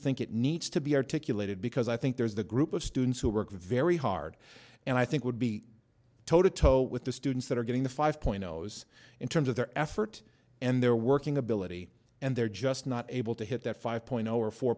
think it needs to be articulated because i think there's a group of students who work very hard and i think would be toted toe with the students that are getting the five point zero s in terms of their effort and their working ability and they're just not able to hit that five point zero or four